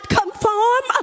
conform